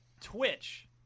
Twitch